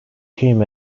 him